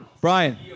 Brian